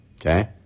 Okay